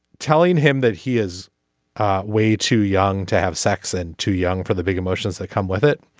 telling him that he is way too young to have sex and too young for the big emotions that come with it.